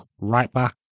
right-back